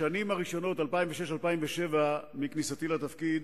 השנים הראשונות, 2006 2007, מכניסתי לתפקיד,